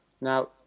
now